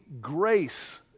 grace